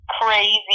crazy